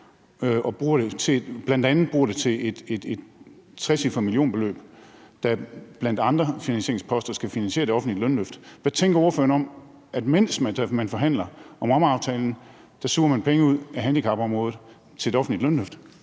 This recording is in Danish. og bruger dem bl.a. på et trecifret millionbeløb, der blandt andre finansieringsposter skal finansiere det offentlige lønløft. Hvad tænker ordføreren om, at mens man forhandler om rammeaftalen, suger man penge ud af handicapområdet til det offentlige lønløft?